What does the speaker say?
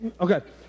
Okay